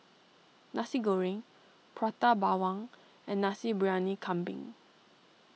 Nasi Goreng Prata Bawang and Nasi Briyani Kambing